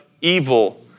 evil